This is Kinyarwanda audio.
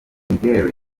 miguel